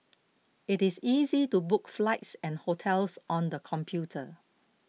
it is easy to book flights and hotels on the computer